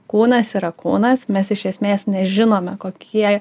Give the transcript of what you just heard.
kūnas yra kūnas mes iš esmės nežinome kokie